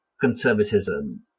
conservatism